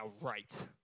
right